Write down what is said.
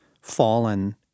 fallen